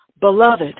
beloved